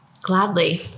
Gladly